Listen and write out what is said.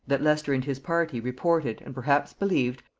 that leicester and his party reported, and perhaps believed,